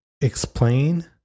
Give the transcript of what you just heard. explain